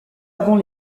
avant